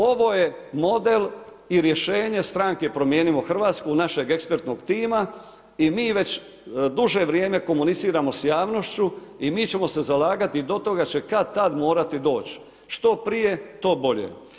Ovo je model i rješenje stranke Promijenimo Hrvatsku, našeg ekspertnog tima i mi već duže vrijeme komuniciramo s javnošću i mi ćemo se zalagati, do toga će kad-tad morati doć, što prije, to bolje.